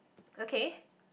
okay